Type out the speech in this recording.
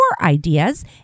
ideas